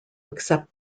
accept